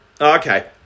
Okay